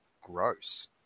gross